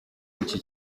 iki